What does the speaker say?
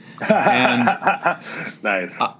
Nice